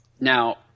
Now